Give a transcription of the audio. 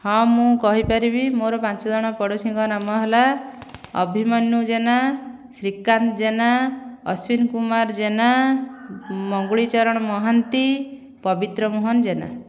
ହଁ ମୁଁ କହିପାରିବି ମୋର ପାଞ୍ଚ ଜଣ ପଡ଼ୋଶୀଙ୍କ ନାମ ହେଲା ଅଭିମନ୍ୟୁ ଜେନା ଶ୍ରୀକାନ୍ତ ଜେନା ଅଶ୍ୱିନ କୁମାର ଜେନା ମଙ୍ଗୁଳି ଚରଣ ମହାନ୍ତି ପବିତ୍ର ମୋହନ ଜେନା